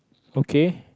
okay